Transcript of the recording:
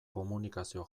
komunikazio